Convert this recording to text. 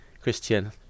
Christian